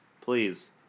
Please